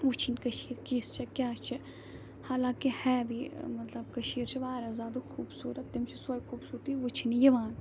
وُچھِنۍ کٔشیٖر کِژھ چھِ کیاہ چھِ حالانٛکہِ ہے بھی مَطلَب ٲں کٔشیٖر چھِ واریاہ زیادٕ خوٗبصوٗرت تِم چھِ سۄے خوٗبصوٗرتی وُچھنہِ یِوان